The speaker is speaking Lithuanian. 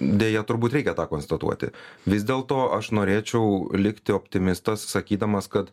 deja turbūt reikia tą konstatuoti vis dėlto aš norėčiau likti optimistas sakydamas kad